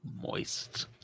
Moist